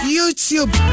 YouTube